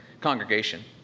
congregation